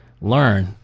learn